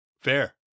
Fair